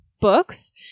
books